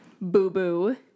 boo-boo